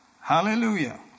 Hallelujah